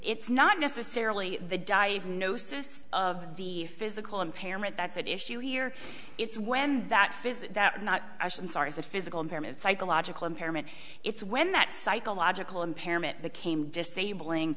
it's not necessarily the diagnosis of the physical impairment that's at issue here it's when that fizzes that not actions are as a physical impairment psychological impairment it's when that psychological impairment the came disabling